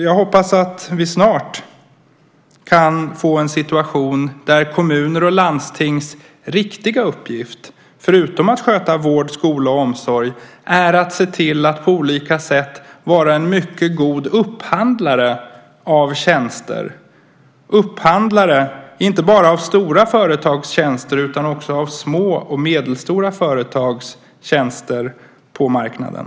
Jag hoppas att vi snart kan få en situation där kommuners och landstings riktiga uppgift - förutom att sköta vård, skola och omsorg - är att se till att på olika sätt vara en mycket god upphandlare av tjänster. De ska vara upphandlare inte bara av stora företags tjänster utan också av små och medelstora företags tjänster på marknaden.